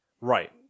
Right